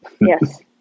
Yes